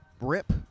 rip